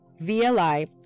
VLI